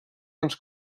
uns